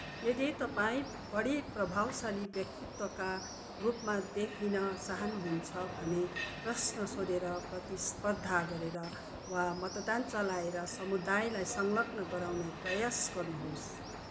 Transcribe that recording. यदि तपाईँ बढी प्रभावशाली व्यक्तित्वका रूपमा देखिन चाहनुहुन्छ भने प्रश्न सोधेर प्रतिस्पर्धा गरेर वा मतदान चलाएर समुदायलाई संलग्न गराउने प्रयास गर्नुहोस्